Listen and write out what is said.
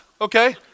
okay